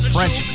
French